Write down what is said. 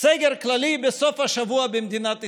סגר כללי בסוף השבוע במדינת ישראל.